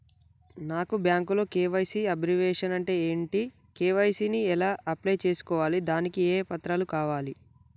నాకు బ్యాంకులో KYC abbreviation అంటే ఏంటి కే.వై.సీ ని ఎలా అప్లై చేసుకోవాలి దానికి ఏ పత్రాలు కావాలి?